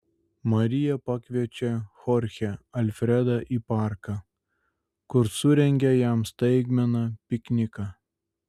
marija pakviečia chorchę alfredą į parką kur surengia jam staigmeną pikniką